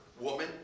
Woman